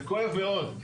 זה כואב מאוד.